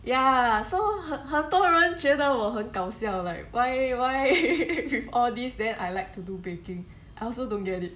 ya so 很很多人觉得我很搞笑 like why why with all these then I like to do baking I also don't get it